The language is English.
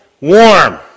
warm